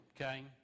okay